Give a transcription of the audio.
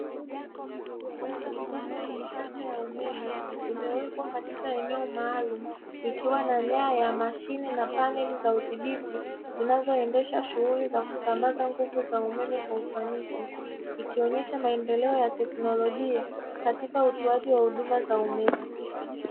Mitambo ya kisasa ya umeme imewekwa katika eneo maalumu ikiwa na nyaya mashine na panel za udhibiti zinazoendesha shughuli za kusambaza umeme kwa ufanisi. Mashine hizo zinaonyesha maendeleo ya teknolojia katika utaoaji huduma ya umeme.